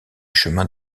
chemin